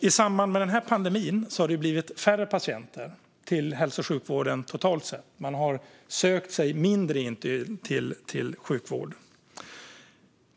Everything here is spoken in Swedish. I samband med pandemin har det kommit färre patienter till hälso och sjukvården totalt sett. Man har sökt sig mindre till sjukvård.